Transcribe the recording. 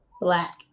Black